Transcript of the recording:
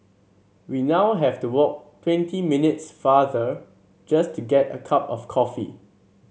we now have to walk twenty minutes farther just to get a cup of coffee